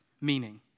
meaning